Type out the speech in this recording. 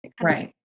right